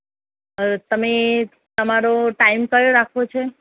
અ તમે તમારો ટાઇમ કયો રાખવો છે